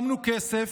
שמנו כסף,